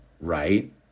right